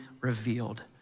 revealed